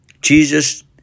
Jesus